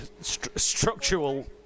structural